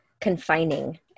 confining